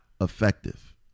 effective